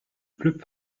pleut